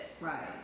right